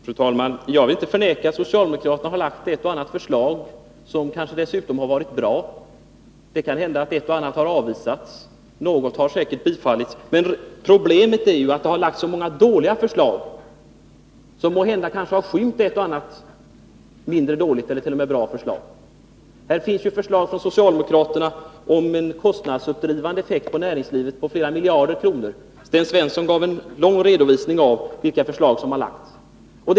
Fru talman! Jag vill inte förneka att socialdemokraterna har lagt fram ett och annat förslag, som kanske har varit bra. Det kan hända att några av dem har avvisats — något har säkerligen bifallits. Men problemet är att det har lagts fram så många dåliga förslag, som måhända har skymt ett eller annat gott förslag. Det finns socialdemokratiska förslag som tillsammans driver upp kostnaderna för näringslivet med flera miljarder kronor. Sten Svensson gav en lång redovisning av vilka förslag som har framlagts.